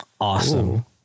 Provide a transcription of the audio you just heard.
Awesome